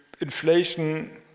Inflation